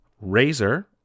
Razor